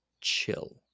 chill